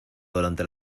durante